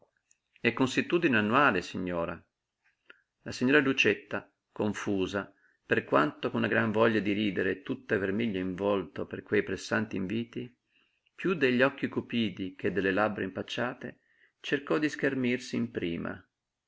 è consuetudine annuale signora la signora lucietta confusa per quanto con una gran voglia di ridere e tutta vermiglia in volto per quei pressanti inviti piú degli occhi cupidi che delle labbra impacciate cercò di schermirsi in prima